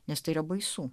nes tai yra baisu